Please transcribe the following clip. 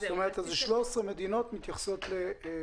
זאת א ומרת, 13 מדינות מתייחסות לגיל.